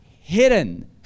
hidden